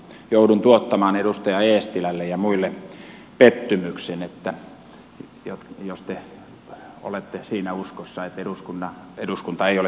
joudun tuottamaan edustaja eestilälle ja muille pettymyksen jos te olette siinä uskossa että eduskunta ei ole tiennyt tätä